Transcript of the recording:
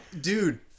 dude